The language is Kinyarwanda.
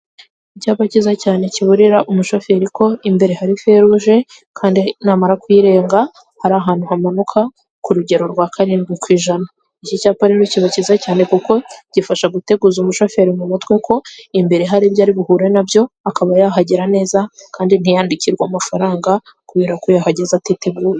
Icyapa kiza cyane kiburira umushoferi ko imbere hari feruje kandi namara kuyirenga hari ahantu hamanuka kurugero rwa karindwi ku ijana. Iki cyapa rero kiba kiza cyane kuko gifasha guteguza uyu mushoferi mu mutwe ko imbere hari ibyo ari buhure nabyo akaba yahagera neza kandi ntiyandikirwe amafaranga kubera ko yahageze atiteguye.